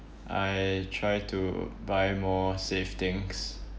I try to buy more safe things